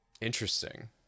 Interesting